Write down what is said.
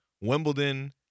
wimbledon